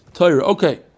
Okay